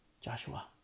Joshua